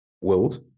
world